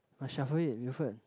must shuffle it Wilfred